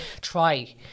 try